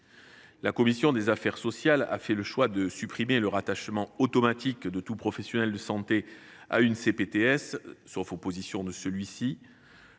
La commission des affaires sociales a fait le choix de supprimer le rattachement automatique de tout professionnel de santé, sauf opposition de sa